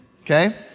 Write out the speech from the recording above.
Okay